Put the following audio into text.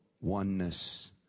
oneness